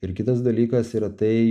ir kitas dalykas yra tai